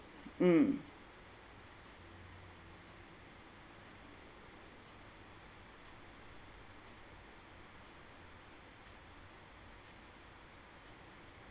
mm